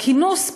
לכינוס פגרה,